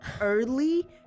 early